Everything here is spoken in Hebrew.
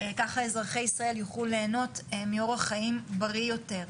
ככה אזרחי ישראל יוכלו ליהנות מאורח חיים בריא יותר.